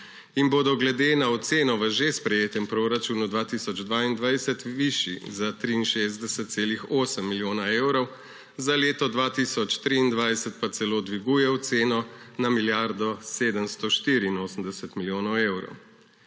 in bodo glede na oceno v že sprejetem proračunu 2022 višji za 63,8 milijona evrov, za leto 2023 pa celo dviguje oceno na milijardo 784 milijonov evrov.